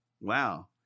Wow